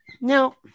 Now